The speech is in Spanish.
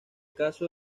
caso